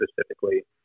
specifically